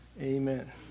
Amen